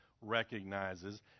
recognizes